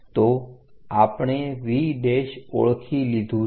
તો આપણે V ઓળખી લીધું છે